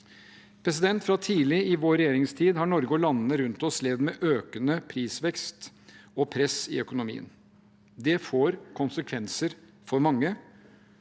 arbeid. Fra tidlig i vår regjeringstid har Norge og landene rundt oss levd med økende prisvekst og press i økonomien. Det får konsekvenser for mange,